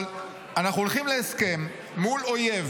אבל אנחנו הולכים להסכם מול אויב